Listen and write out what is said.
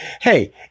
Hey